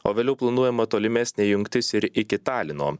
o vėliau planuojama tolimesnė jungtis ir iki talino